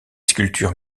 sculptures